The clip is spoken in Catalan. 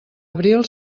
abril